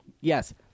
Yes